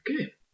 Okay